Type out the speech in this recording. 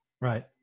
Right